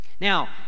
Now